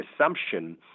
assumption